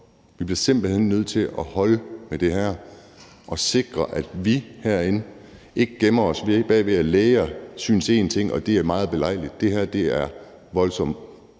Vi bliver simpelt hen nødt til at holde med det her og sikre, at vi herinde ikke gemmer os bag læger, der synes én ting, og det er meget belejligt. Det her har voldsomme,